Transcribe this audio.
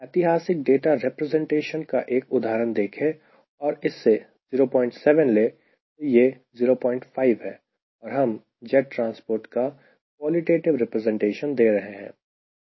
ऐतिहासिक data representation का एक उदाहरण देखें और इससे 07 ले तो यह 05 है और हम जेट ट्रांसपोर्ट का क्वालिटेटिव रिप्रेजेंटेशन दे रहे हैं